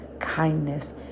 Kindness